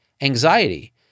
anxiety